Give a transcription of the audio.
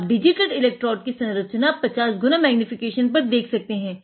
आप digitated electrode का structure 50 गुना मैग्नीफीकेशन पर देख सकते हैं